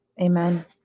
Amen